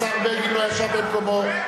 השר בגין לא ישב במקומו.